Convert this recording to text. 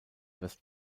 west